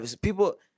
People